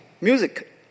music